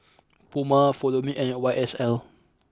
Puma Follow Me and Y S L